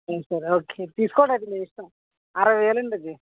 సరే sir okay తీసుకోండండి మీ ఇష్టం అరవై వేలండి అది